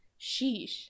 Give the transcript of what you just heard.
Sheesh